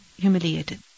humiliated